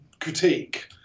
critique